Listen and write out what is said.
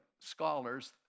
scholars